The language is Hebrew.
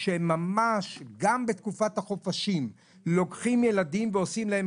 שגם בתקופת החופשים לוקחים ילדים ועושים להם